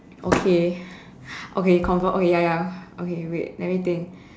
okay okay confirm okay ya ya okay wait let me think